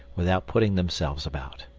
without putting themselves about.